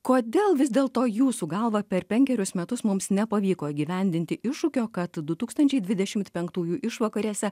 kodėl vis dėlto jūsų galva per penkerius metus mums nepavyko įgyvendinti iššūkio kad du tūkstančiai dvidešimt penktųjų išvakarėse